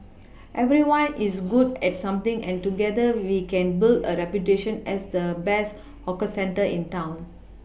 everyone is good at something and together we can build a reputation as the best 'hawker centre' in town